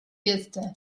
бедствия